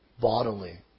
bodily